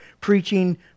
preaching